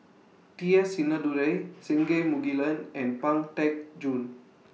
T S Sinnathuray Singai Mukilan and Pang Teck Joon